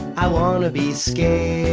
i wanna be scary.